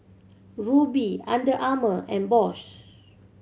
Rubi Under Armour and Bose